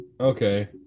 Okay